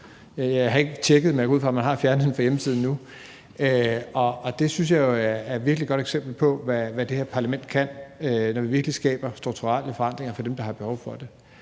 Jeg har ikke tjekket, men jeg går ud fra, at man har fjernet den fra hjemmesiden nu. Og det synes jeg jo er et virkelig godt eksempel på, hvad det her parlament kan, når vi virkelig skaber strukturelle forandringer for dem, der har behov for det.